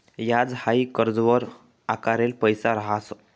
याज हाई कर्जवर आकारेल पैसा रहास